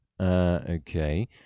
Okay